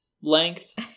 length